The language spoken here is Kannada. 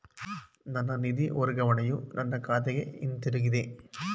ನನ್ನ ನಿಧಿ ವರ್ಗಾವಣೆಯು ನನ್ನ ಖಾತೆಗೆ ಹಿಂತಿರುಗಿದೆ